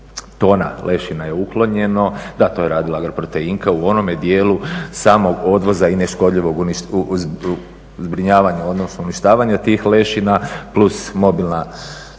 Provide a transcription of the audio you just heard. tona lešina je uklonjeno, da to je radila Agroproteinka u onome dijelu samog odvoza i neškodljivog zbrinjavanja odnosno uništavanja tih lešina plus mobilna